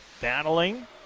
battling